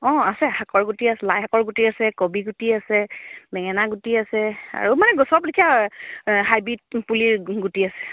অঁ আছে শাকৰ গুটি আছে লাই শাকৰ গুটি আছে কবি গুটি আছে বেঙেনা গুটি আছে আৰু মানে গছৰ বুলি কি আৰু হাইব্ৰীড পুলি গুটি আছে